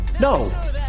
no